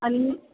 आणि